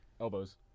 elbows